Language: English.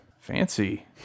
Fancy